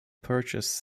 purchase